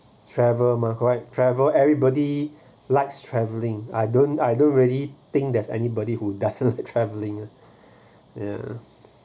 travel mah correct travel everybody likes travelling I don't I don't really think there's anybody who doesn't like travelling ya